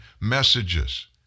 messages